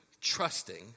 trusting